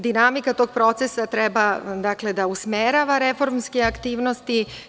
Dinamika tog procesa treba da usmerava reformske aktivnosti.